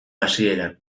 hasieran